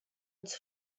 its